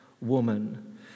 woman